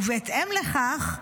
ובהתאם לכך,